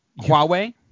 Huawei